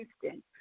Houston